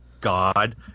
God